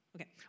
okay